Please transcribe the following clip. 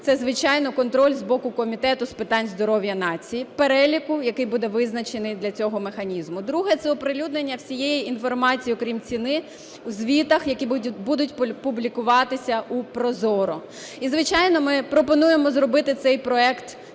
це, звичайно, контроль з боку Комітету з питань здоров'я нації переліку, який буде визначений для цього механізму. Друге – це оприлюднення всієї інформації, окрім ціни, в звітах, які будуть публікуватися у ProZorro. І звичайно, ми пропонуємо зробити цей проект